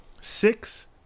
six